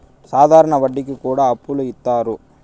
సాధారణ వడ్డీ కి కూడా అప్పులు ఇత్తారు